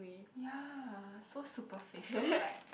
ya so superficial like